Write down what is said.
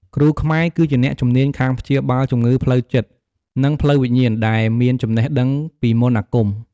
គ្រូខ្មែរគឺជាអ្នកជំនាញខាងព្យាបាលជំងឺផ្លូវចិត្ត និងផ្លូវវិញ្ញាណ ដែលមានចំណេះដឹងពីមន្តអាគម។